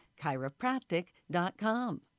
chiropractic.com